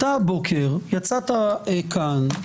אתה הבוקר יצאת כאן,